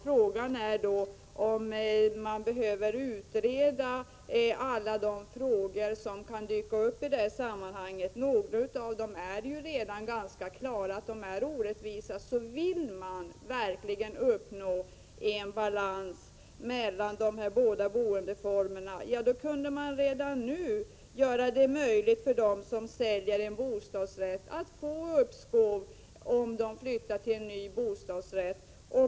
Frågan är då om man behöver utreda alla de frågor som kan dyka upp i sammanhanget. Det står redan klart att mycket är orättvist. Vill man verkligen uppnå en balans mellan de båda boendeformerna, kunde man redan nu göra det möjligt för dem som säljer en bostadsrätt att få uppskov om de flyttar till en ny bostadsrätt.